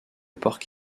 porc